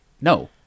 no